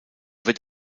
wird